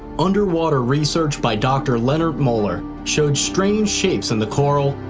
underwater research by dr. lennart moller showed strange shapes in the coral,